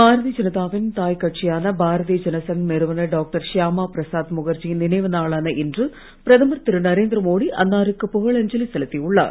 பாரதீய ஜனதாவின் தாய் கட்சியான பாரதீய ஜனசங் நிறுவனர் டாக்டர் ஷியாமா பிரசாத் முகர்ஜியின் நினைவு நாளான இன்று பிரதமர் திரு நரேந்திர மோடி அன்னாருக்கு புகழஞ்சலி செலுத்தியுள்ளார்